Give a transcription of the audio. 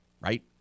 right